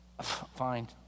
Fine